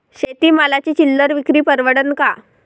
शेती मालाची चिल्लर विक्री परवडन का?